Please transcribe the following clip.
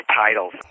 titles